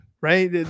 right